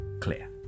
clear